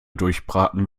durchbraten